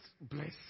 Bless